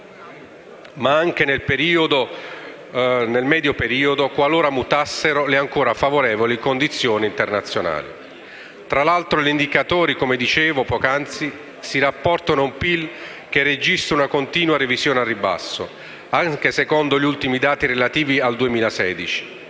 ma anche nel medio periodo, qualora mutassero le ancora favorevoli condizioni internazionali. Tra l'altro gli indicatori - come dicevo pocanzi - si rapportano a un PIL che registra una continua revisione al ribasso, anche secondo gli ultimi dati relativi al 2016.